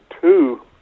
two